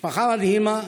משפחה מדהימה.